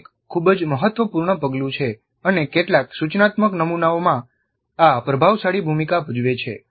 આ એક ખૂબ જ મહત્વપૂર્ણ પગલું છે અને કેટલાક સૂચનાત્મક નમૂનાઓમાં આ પ્રભાવશાળી ભૂમિકા ભજવે છે